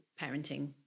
parenting